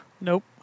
Nope